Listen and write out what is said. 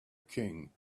king